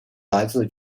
来自